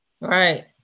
right